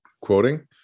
quoting